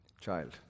child